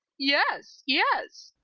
yes, yes!